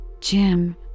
Jim